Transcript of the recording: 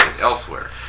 elsewhere